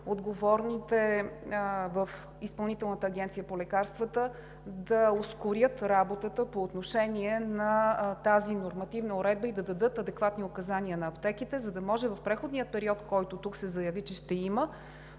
отговорните в Изпълнителната агенция по лекарствата да ускорят работата по отношение на тази нормативна уредба и да дадат адекватни указания на аптеките, за да може в преходния период, който тук се заяви, че ще има,